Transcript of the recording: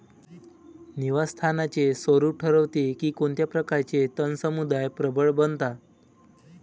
निवास स्थानाचे स्वरूप ठरवते की कोणत्या प्रकारचे तण समुदाय प्रबळ बनतात